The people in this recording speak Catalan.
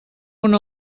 una